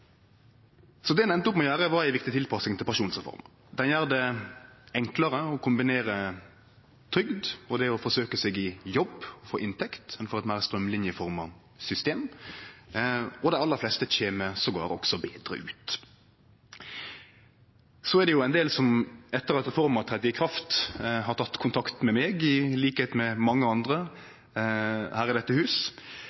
det. Det ein enda opp med, var ei viktig tilpassing til pensjonsreforma. Det gjer det enklare å kombinere trygd og det å forsøkje seg i jobb og få inntekt. Ein får eit meir straumlinja system. Og dei aller fleste kjem til og med også betre ut. Så er det ein del som etter at reforma tredde i kraft, har teke kontakt med meg, til liks med mange andre